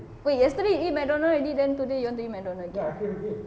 wait yesterday you eat McDonald already then today you want to eat McDonald